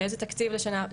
איזה תקציב לשנה?